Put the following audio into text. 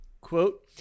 Quote